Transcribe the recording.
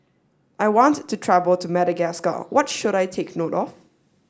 I want to travel to Madagascar what should I take note of